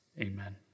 Amen